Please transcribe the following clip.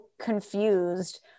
confused